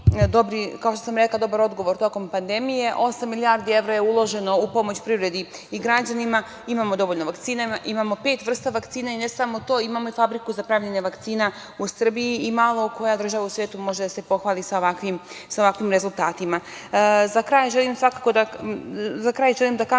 Evropi, kao što sam rekla, dobar odgovor tokom pandemije, osam milijardi evra je uloženo u pomoć privredi i građanima, imamo dovoljno vakcina, imamo pet vrsta vakcina, i ne samo to, imamo fabriku za pravljenje vakcina u Srbiji i malo koja država u svetu može da se pohvali sa ovakvim rezultatima.Za kraj želim da kažem